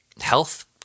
health